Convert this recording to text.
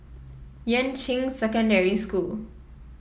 Yuan Ching Secondary School